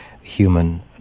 human